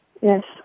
Yes